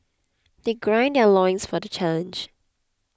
they gird their loins for the challenge